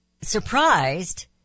surprised